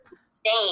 sustain